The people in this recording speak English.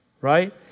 right